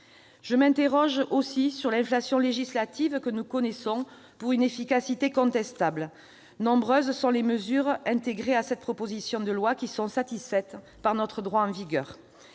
Je m'interroge sur l'inflation législative que nous connaissons, pour une efficacité contestable : nombreuses sont les mesures intégrées à cette proposition de loi qui sont satisfaites par notre droit en vigueur.